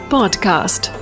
Podcast